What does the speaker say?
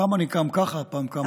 פעם אני קם ככה, פעם קם אחרת.